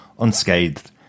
unscathed